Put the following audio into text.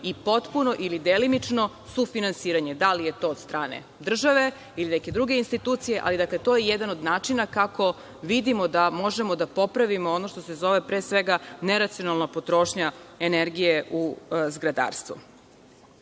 i potpuno ili delimično sufinansiranje, da li je to od strane države ili neke druge institucije, ali to je jedan od načina kako vidimo da možemo da popravimo ono što se zove pre svega neracionalna potrošnja energije u zgradarstvu.